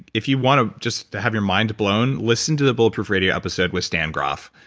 if you want to just to have your mind blown, listen to the bulletproof radio episode with stan grof.